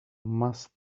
must